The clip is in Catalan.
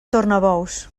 tornabous